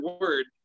word